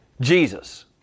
Jesus